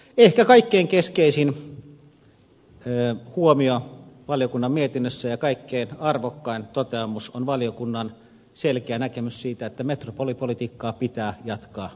ehkä kaikkein keskeisin huomio ja kaikkein arvokkain toteamus valiokunnan mietinnössä on valiokunnan selkeä näkemys siitä että metropolipolitiikkaa pitää jatkaa ja kehittää